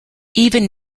even